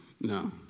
No